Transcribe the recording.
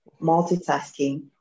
multitasking